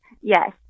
Yes